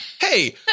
Hey